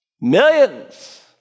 millions